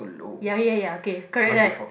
ya ya ya okay correct correct